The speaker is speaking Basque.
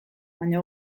baina